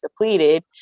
depleted